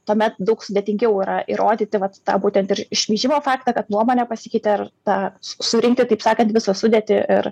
tuomet daug sudėtingiau yra įrodyti vat tą būtent ir šmeižimo faktą kad nuomonė pasikeitė ar tą surinkti taip sakant visą sudėtį ir